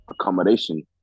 accommodation